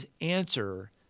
answer